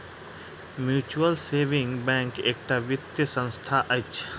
mutual saving bank एकटा वित्तीय संस्था अछि